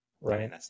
Right